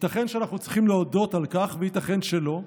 ייתכן שאנחנו צריכים להודות על כך וייתכן שלא,